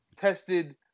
tested